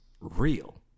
real